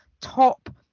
top